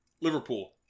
liverpool